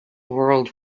world